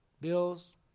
bills